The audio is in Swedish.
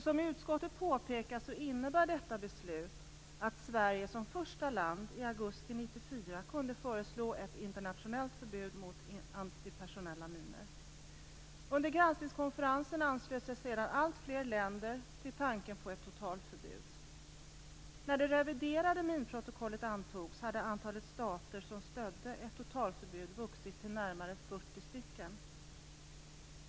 Som utskottet påpekar innebär detta beslut att Sverige som första land i augusti 1994 kunde föreslå ett internationellt förbud mot antipersonella minor. Under granskningskonferensen anslöt sig sedan alltfler länder till tanken på ett totalförbud. När det reviderade minprotokollet antogs hade antalet stater som stödde ett totalförbud stigit till närmare 40.